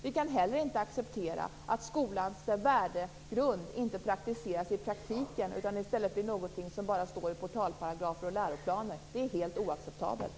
Vi kan heller inte acceptera att skolans värdegrund inte omsätts i praktik utan i stället blir någonting som bara står i portalparagrafer och läroplaner. Det är helt oacceptabelt.